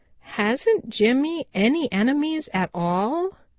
hasn't jimmy any enemies at all?